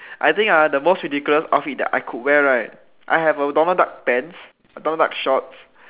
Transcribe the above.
I think ah the most ridiculous outfit that I could wear right I have a Donald duck pants a Donald duck shorts